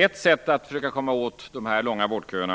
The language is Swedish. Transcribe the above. Ett sätt att komma åt dessa långa vårdköer